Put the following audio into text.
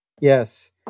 Yes